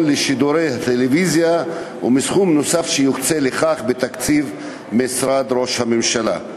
לשידורי הטלוויזיה ומתקציב נוסף שיוקצה לכך מתקציב משרד ראש הממשלה.